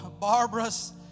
Barbara's